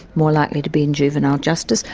more likely to be in juvenile justice,